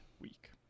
week